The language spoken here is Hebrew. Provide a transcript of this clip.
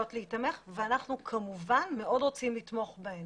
להיתמך ואנחנו כמובן מאוד רוצים לתמוך בהם.